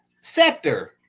sector